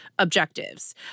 objectives